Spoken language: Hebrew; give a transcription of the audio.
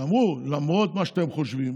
שאמרו: למרות מה שאתם חושבים,